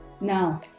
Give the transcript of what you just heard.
now